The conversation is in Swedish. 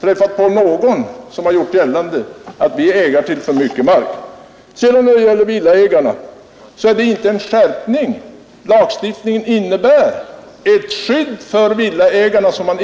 jag har aldrig stött på någon som gjort gällande att kommunen är ägare till för mycket mark. Vad sedan villaägarna angår innebär den föreslagna ändringen i lagstiftningen ingen skärpning, utan det är ett skydd för villaägarna när